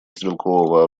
стрелкового